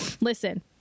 listen